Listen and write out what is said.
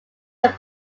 much